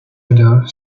other